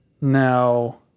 Now